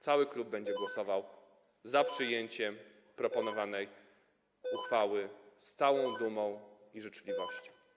Cały klub będzie głosował za przyjęciem proponowanej uchwały z dumą i życzliwością.